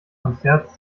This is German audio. konzerts